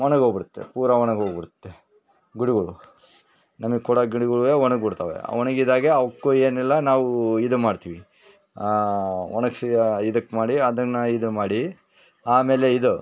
ಒಣಗೋಗಿ ಬಿಡುತ್ತೆ ಪೂರಾ ಒಣಗೋಗಿ ಬಿಡುತ್ತೆ ಗಿಡಗಳು ನಮ್ಗೆ ಕೊಡೊ ಗಿಡಗಳು ಒಣಗಿ ಬಿಡ್ತಾವೆ ಒಣಗಿದಾಗ ಅವ್ಕು ಏನಿಲ್ಲ ನಾವು ಇದು ಮಾಡ್ತೀವಿ ಒಣಗಿಸಿ ಇದಕ್ಕೆ ಮಾಡಿ ಅದನ್ನು ಇದು ಮಾಡಿ ಆಮೇಲೆ ಇದು